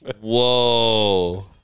Whoa